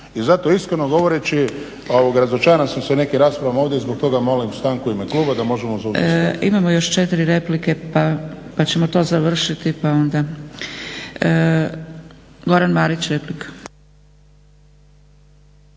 I zato iskreno govoreći razočaran sam sa nekim raspravama ovdje i zbog toga molim stanku u ime kluba da možemo zauzeti stav. **Zgrebec, Dragica (SDP)** Imamo još četiri replike, pa ćemo to završiti, pa onda. Goran Marić replika.